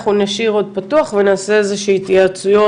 אנחנו נשאיר עוד פתוח ונעשה עוד התייעצויות,